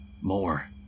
more